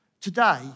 Today